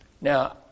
Now